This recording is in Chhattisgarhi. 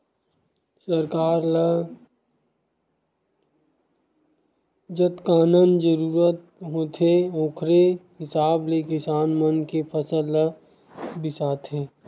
सरकार ल जतकाकन जरूरत होथे ओखरे हिसाब ले किसान मन के फसल ल बिसाथे